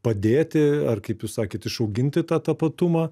padėti ar kaip jūs sakėt išauginti tą tapatumą